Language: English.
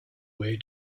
way